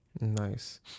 Nice